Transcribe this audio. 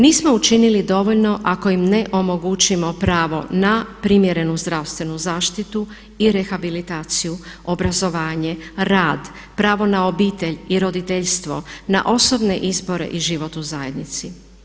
Nismo učinili dovoljno ako im ne omogućimo pravo na primjerenu zdravstvenu zaštitu i rehabilitaciju, obrazovanje, rad, pravo na obitelj i roditeljstvo, na osobne izbore i život u zajednici.